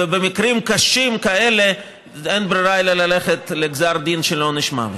ובמקרים קשים כאלה אין ברירה אלא ללכת לגזר דין של עונש מוות.